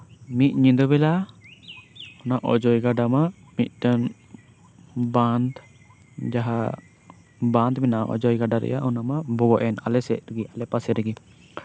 ᱢᱤᱫ ᱧᱤᱫᱟᱹ ᱵᱮᱞᱟ ᱚᱱᱟ ᱚᱡᱚᱭ ᱜᱟᱰᱟ ᱢᱟ ᱢᱤᱫᱴᱮᱱ ᱵᱟᱸᱫᱽ ᱡᱟᱦᱟᱸ ᱵᱟᱸᱫᱽ ᱢᱮᱱᱟᱜᱼᱟ ᱚᱡᱚᱭ ᱜᱟᱰᱟ ᱨᱮ ᱚᱱᱟᱢᱟ ᱵᱚᱜᱚᱡᱮᱱ ᱟᱞᱮ ᱥᱮᱫ ᱨᱮᱜᱮ ᱟᱞᱮ ᱯᱟᱥᱮ ᱨᱮᱜᱮ